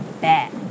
bad